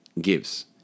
gives